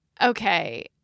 okay